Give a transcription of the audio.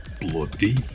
Bloody